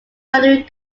rallying